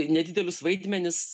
nedidelius vaidmenis